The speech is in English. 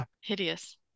Hideous